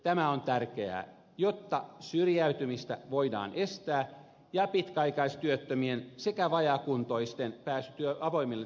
tämä on tärkeää jotta syrjäytymistä voidaan estää ja pitkäaikaistyöttömien sekä vajaakuntoisten pääsy avoimille työmarkkinoille helpottuu